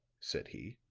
said he.